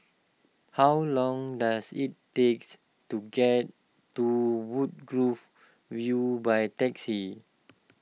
how long does it takes to get to Woodgrove View by taxi